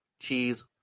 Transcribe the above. cheese